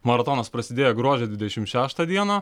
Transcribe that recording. maratonas prasidėjo gruodžio dvidešimt šeštą dieną